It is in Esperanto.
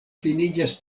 finiĝas